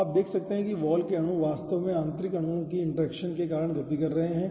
तो आप देख सकते हैं कि वॉल के अणु वास्तव में आंतरिक अणुओं की इंटरेक्शन के कारण गति कर रहे हैं